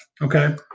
Okay